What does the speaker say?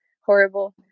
horrible